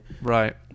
Right